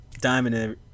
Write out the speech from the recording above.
diamond